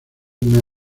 una